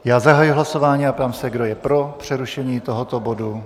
Já zahajuji hlasování a ptám se, kdo je pro přerušení tohoto bodu.